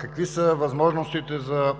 Какви са възможностите за